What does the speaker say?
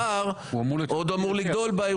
הפער עוד אמור לגדול.